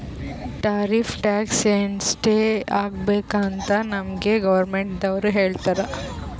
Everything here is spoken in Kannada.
ಟಾರಿಫ್ ಟ್ಯಾಕ್ಸ್ ಎಸ್ಟ್ ಹಾಕಬೇಕ್ ಅಂತ್ ನಮ್ಗ್ ಗೌರ್ಮೆಂಟದವ್ರು ಹೇಳ್ತರ್